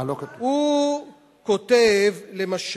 הוא כותב למשל,